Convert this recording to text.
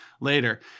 later